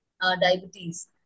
diabetes